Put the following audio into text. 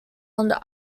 under